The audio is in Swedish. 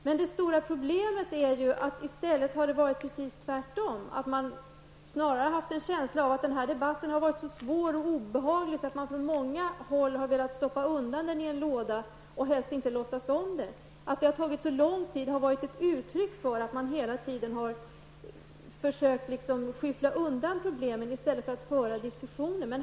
Men det stora problemet är ju att det har varit precis tvärtom, att man snarast haft en känsla av att debatten har varit så svår och obehaglig att man från olika håll har velat stoppa undan den i en låda och helst inte låtsats om den. Att det har tagit så lång tid har varit ett uttryck för att man hela tiden har försökt skyffla undan problemen i stället för att föra diskussioner.